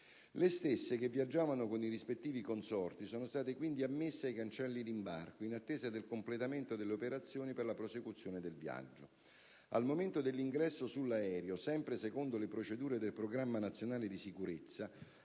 Le stesse, che viaggiavano con i rispettivi consorti, sono state quindi ammesse ai cancelli d'imbarco, in attesa del completamento delle operazioni per la prosecuzione del viaggio. Al momento dell'ingresso sull'aereo, sempre secondo le procedure del Programma nazionale di sicurezza,